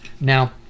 Now